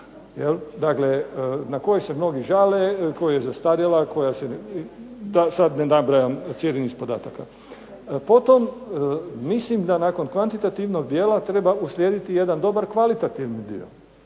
na koju se mnogi žale, koja je zastarjela, da sada ne nabrajam cijeli niz podataka. Potom nakon cijelog niza kvantitativnih podataka treba uslijediti jedan dobar kvalitativan dio